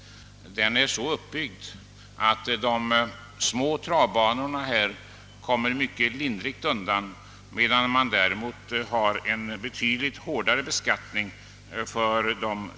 Denna skala är så uppbyggd, att de små travbanorna kommer mycket lindrigt undan medan de stora travbanorna däremot har en betydligt hårdare beskattning.